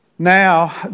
Now